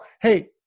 hey